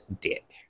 dick